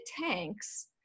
tanks